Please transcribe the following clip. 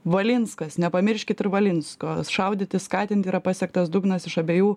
valinskas nepamirškit ir valinsko šaudyti skatinti yra pasiektas dugnas iš abiejų